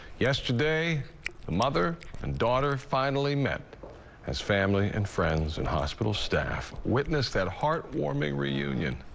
yesterday the mother and daughter finally met as family and friends and hospital staff witnessed that heartwarming reunion.